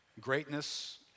Greatness